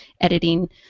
editing